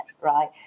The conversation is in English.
right